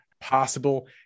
possible